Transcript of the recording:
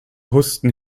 husten